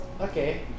Okay